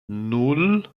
nan